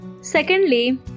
Secondly